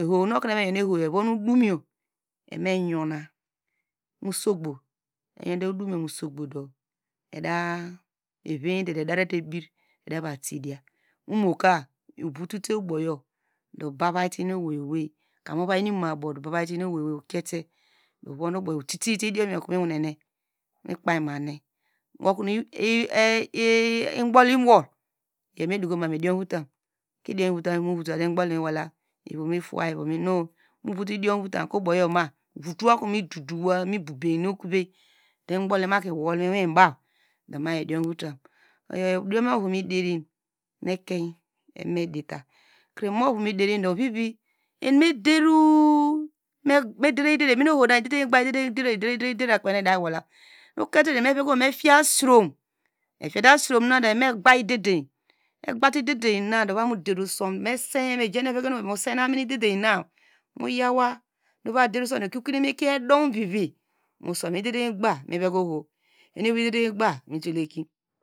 ehow na okonu eva me yona, evon ubow uyen evome yona mu sugbow, eyonde ehow yor mosogbow do, eda eveyete do edarete ebir edevate diya umoka evotote uboyor, do davate, inu owei, owei okiete kpei, utitite idiomyor okunu miwinene, mikpei, mane igboli iwol, iyor medukoma mu idiom votam, ko idiom votam nu igboli miwola voto okonu midu duwa miboboneokove du igboli imaki wolnuwiba, iyor idiom ovu miderin nu ekein midita, ovivi eni medero ederi edede deram kpei nu idamuwola, ututu miveke oho mitiya asorom etiyate asoronudu eveme gba- idedeyi, egbate idedenadu eyama derosom evome ser amin idedena muyawa muva der usomiyor ikrokimine mikie edowvivi mu osomyor, idede gbam miveke oho, ididegbam mutuleki.